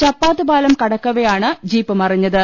ചപ്പാ ത്ത്പാലം കടക്കവെയാണ് ജീപ്പ് മറിഞ്ഞത്